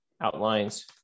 outlines